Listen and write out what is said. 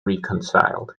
reconciled